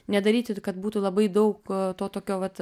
nedaryti kad būtų labai daug to tokio vat